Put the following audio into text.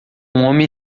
homem